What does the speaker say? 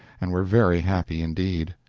and were very happy indeed.